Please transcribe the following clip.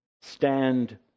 Stand